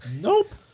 Nope